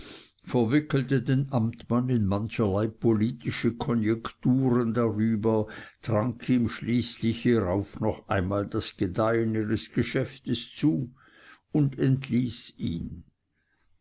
verwickelte den amtmann in mancherlei politische konjekturen darüber trank ihm schlüßlich hierauf noch einmal das gedeihen ihres geschäfts zu und entließ ihn